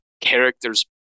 character's